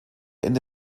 ende